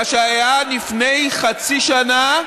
מאשר היה לפני חצי שנה,